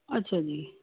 ਅੱਛਾ ਜੀ